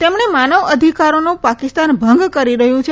તેમણે માનવ અધિકારોનો પાકિસ્તાન ભંગ કરી રહ્યું છે